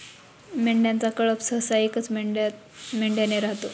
मेंढ्यांचा कळप सहसा एकाच मेंढ्याने राहतो